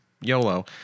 YOLO